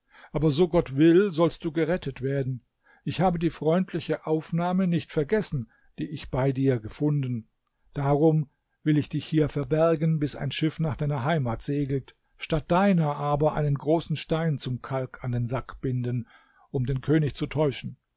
aber so gott will sollst du gerettet werden ich habe die freundliche aufnahme nicht vergessen die ich bei dir gefunden darum will ich dich hier verbergen bis ein schiff nach deiner heimat segelt statt deiner aber einen großen stein zum kalk in den sack binden um den könig zu täuschen